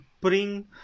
bring